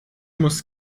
muss